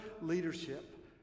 leadership